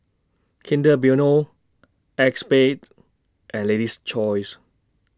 Kinder Bueno ACEXSPADE and Lady's Choice